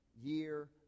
year